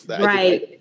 Right